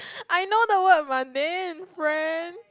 I know the word mundane friend